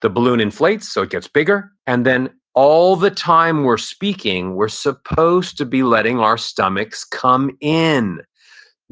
the balloon inflates, so it gets bigger, and then all the time we're speaking, we're supposed to be letting our stomachs come in